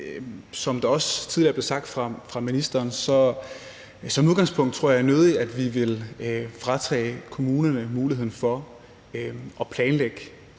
som der også tidligere er blevet sagt af ministeren, vil vi som udgangspunkt nødig fratage kommunerne muligheden for at planlægge